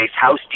house